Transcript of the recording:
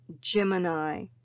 Gemini